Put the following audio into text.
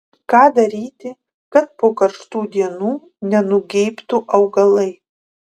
ką daryti kad po karštų dienų nenugeibtų augalai